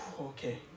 okay